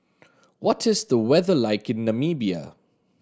what is the weather like in Namibia